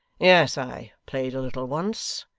yes, i played a little once.